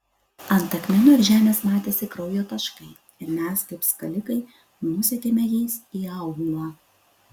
ant akmenų ir žemės matėsi kraujo taškai ir mes kaip skalikai nusekėme jais į aūlą